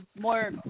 more